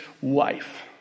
wife